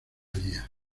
día